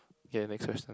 okay next question